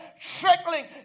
trickling